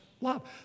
love